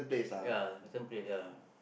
ya some place ya